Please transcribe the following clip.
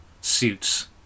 suits